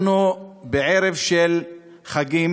אנחנו בערב של חגים,